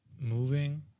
moving